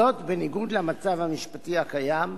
זאת בניגוד למצב המשפטי הקיים,